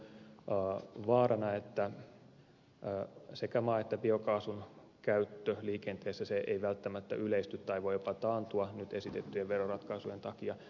on vaarana että sekä maa että biokaasun käyttö liikenteessä ei välttämättä yleisty tai voi jopa taantua nyt esitettyjen veroratkaisujen takia